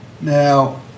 Now